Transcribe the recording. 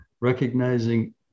recognizing